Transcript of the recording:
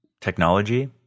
technology